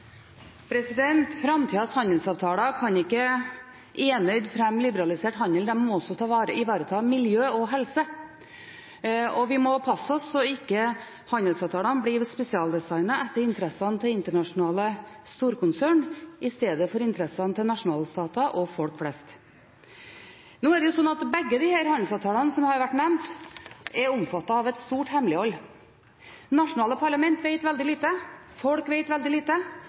Framtidas handelsavtaler kan ikke enøyd fremme liberalisert handel, de må også ivareta miljø og helse. Vi må også passe oss så ikke handelsavtalene blir spesialdesignet etter interessene til internasjonale storkonsern i stedet for etter interessene til nasjonalstater og folk flest. Nå er det slik at begge disse handelsavtalene som har vært nevnt, er omfattet av et stort hemmelighold. Nasjonale parlament vet veldig lite, folk vet veldig lite,